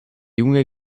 junge